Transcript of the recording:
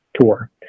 tour